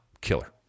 killer